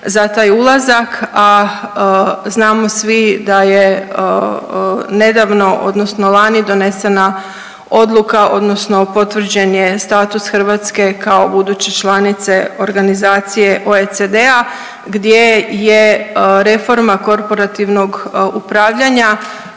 za taj ulazak, a znamo svi da je nedavno, odnosno lani donesena odluka odnosno potvrđen je status Hrvatske kao buduće članice organizacije OECD-a, gdje je reforma korporativnog upravljanja